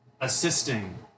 assisting